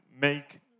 make